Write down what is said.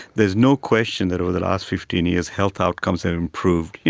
there's no question that over the last fifteen years health outcomes have improved, you